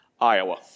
Iowa